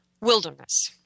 wilderness